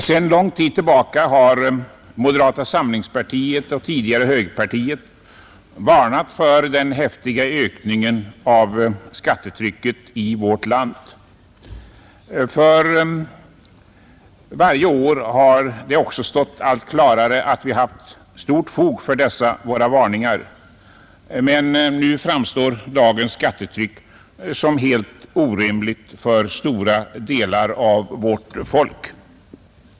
Sedan lång tid tillbaka har moderata samlingspartiet och tidigare högerpartiet varnat för den häftiga ökningen av skattetrycket i vårt land. För varje år har det också stått allt klarare att vi haft stort fog för dessa våra varningar. Men nu framstår dagens skattetryck som helt orimligt för stora delar av vårt folk.